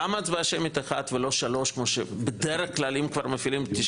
למה הצבעה שמית אחת ולא שלוש כמו שבדרך-כלל נותנים אם כבר מפעילים 98?